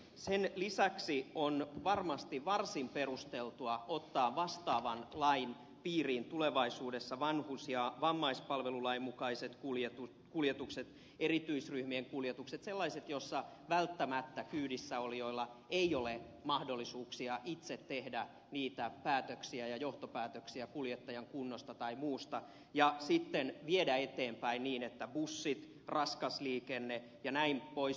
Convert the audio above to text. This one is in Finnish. niiden lisäksi on varmasti varsin perusteltua ottaa vastaavan lain piiriin tulevaisuudessa vanhus ja vammaispalvelulain mukaiset kuljetukset erityisryhmien kuljetukset sellaiset joissa välttämättä kyydissä olijoilla ei ole mahdollisuuksia itse tehdä päätöksiä ja johtopäätöksiä kuljettajan kunnosta tai muusta ja sitten viedä asiaa eteenpäin niin että bussit raskas liikenne jnp